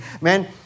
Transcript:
man